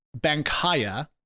Bankaya